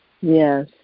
Yes